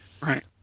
right